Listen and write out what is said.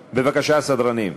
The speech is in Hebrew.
בבקשה, הסדרנים.